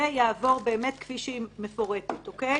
כדי